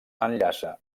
enllaça